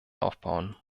aufbauen